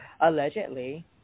allegedly